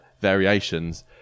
variations